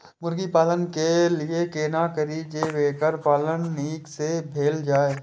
मुर्गी पालन के लिए केना करी जे वोकर पालन नीक से भेल जाय?